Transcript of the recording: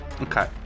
Okay